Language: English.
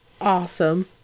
Awesome